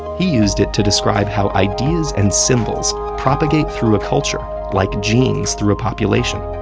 he used it to describe how ideas and symbols propagate through a culture like genes through a population.